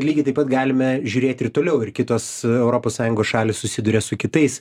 lygiai taip pat galime žiūrėti toliau ir kitos europos sąjungos šalys susiduria su kitais